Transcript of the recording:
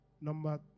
Number